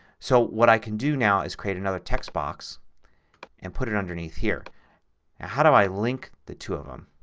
so what i can do now is create another text box and put it underneath here. now how do i link the two of them?